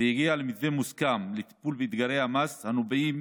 והגיע למתווה מוסכם לטיפול באתגרי המס הנובעים